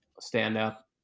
stand-up